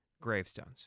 Gravestones